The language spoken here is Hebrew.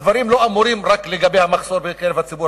הדברים לא אמורים רק לגבי המחסור בקרב הציבור